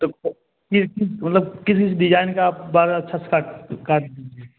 तो मतलब किस मतलब डिजाईन का बाल अच्छे से काट